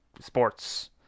sports